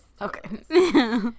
okay